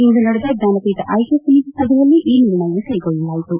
ಇಂದು ನಡೆದ ಜ್ವಾನಪೀಠ ಆಯ್ನೆ ಸಮಿತಿ ಸಭೆಯಲ್ಲಿ ಈ ನಿರ್ಣಯ ಕ್ಷೆಗೊಳ್ಳಲಾಯಿತು